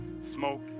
smoke